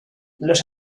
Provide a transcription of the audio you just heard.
los